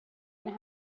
and